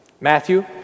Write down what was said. Matthew